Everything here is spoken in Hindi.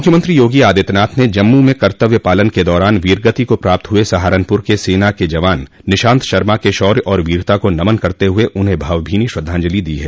मुख्यमंत्री योगी आदित्यनाथ ने जम्मू में कर्तव्य पालन के दौरान वीरगति को प्राप्त हुए सहारनपुर के सेना के जवान निशान्त शर्मा के शौर्य और वीरता को नमन करते हुए उन्हें भावभीनी श्रद्धांजलि दी है